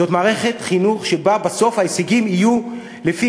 זאת מערכת חינוך שבה בסוף ההישגים יהיו לפי